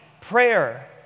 prayer